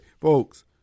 Folks